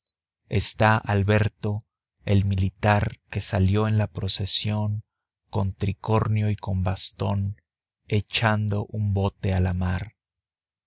está alberto el militar que salió en la procesión con tricornio y